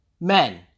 men